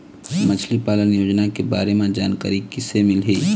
मछली पालन योजना के बारे म जानकारी किसे मिलही?